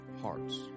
hearts